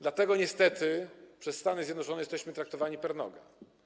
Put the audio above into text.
Dlatego niestety przez Stany Zjednoczone jesteśmy traktowani per noga.